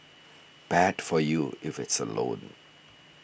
bad for you if it's a loan